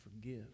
forgive